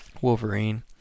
wolverine